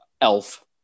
Elf